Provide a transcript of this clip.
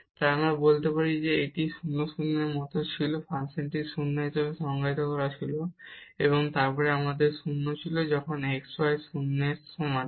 সুতরাং আমরা বলতে পারি যে এটি 0 0 এর মতো ছিল ফাংশনটি 0 হিসাবে সংজ্ঞায়িত করা হয়েছিল এবং তারপরে আমাদের 0 ছিল যখন x y 0 এর সমান